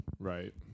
Right